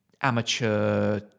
amateur